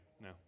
No